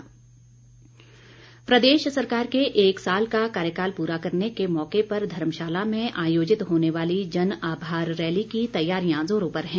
rally प्रदेश सरकार के एक साल का कार्यकाल प्रा करने के मौके पर धर्मशाला में आयोजित होने वाली जन आभार रैली की तैयारियां जोरों पर है